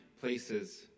places